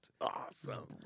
Awesome